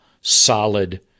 solid